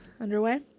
underway